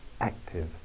active